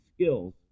skills